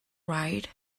right